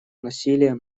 насилия